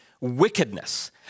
wickedness